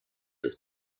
des